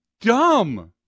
dumb